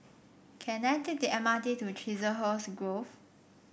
can I take the M R T to Chiselhurst Grove